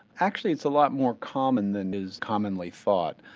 actually it's a lot more common than is commonly thought.